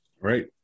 right